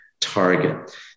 target